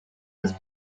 was